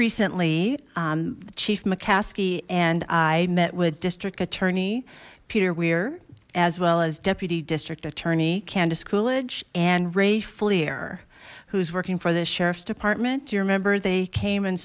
recently chief mccaskey and i met with district attorney peter weir as well as deputy district attorney candice coolidge and rafe leer who's working for this sheriff's department do you remember they came and